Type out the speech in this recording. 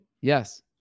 Yes